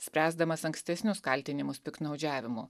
spręsdamas ankstesnius kaltinimus piktnaudžiavimu